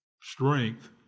strength